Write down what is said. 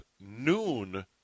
noon